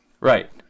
right